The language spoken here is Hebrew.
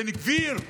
בן גביר,